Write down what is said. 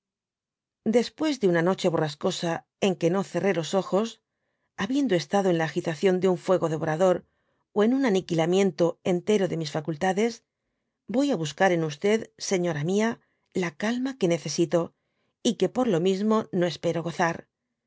despüí de una noche borrascosa en que no cerrd los ojos habiendo estado en la agitación de un fuego devorador en un aniquilamiento entero de mis facultades yoy á buscar en señora mia la calma que necesito y que por lo mismo no espero gozar